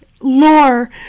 lore